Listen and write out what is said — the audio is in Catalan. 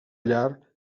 llar